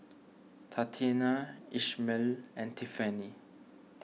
Tatianna Ishmael and Tiffanie